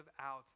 out